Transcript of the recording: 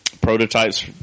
prototypes